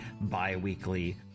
bi-weekly